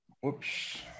whoops